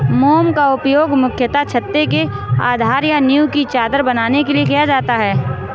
मोम का उपयोग मुख्यतः छत्ते के आधार या नीव की चादर बनाने के लिए किया जाता है